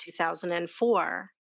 2004